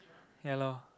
ya lor